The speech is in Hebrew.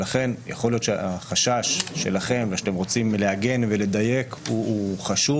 לכן יכול להיות שהחשש שלכם ושאתם רוצים לעגן ולדייק הוא חשוב